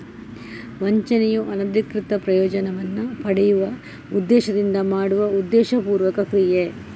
ವಂಚನೆಯು ಅನಧಿಕೃತ ಪ್ರಯೋಜನವನ್ನ ಪಡೆಯುವ ಉದ್ದೇಶದಿಂದ ಮಾಡುವ ಉದ್ದೇಶಪೂರ್ವಕ ಕ್ರಿಯೆ